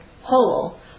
whole